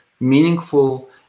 meaningful